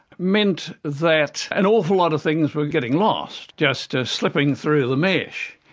meant that an awful lot of things were getting lost, just ah slipping through the mesh.